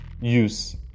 use